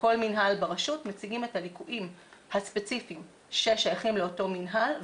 לכל מינהל ברשות מציגים את הליקויים הספציפיים ששייכים לאותו מינהל,